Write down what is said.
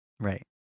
Right